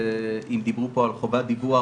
אם דיברו פה על חובת דיווח,